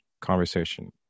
conversation